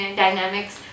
dynamics